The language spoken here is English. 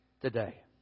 today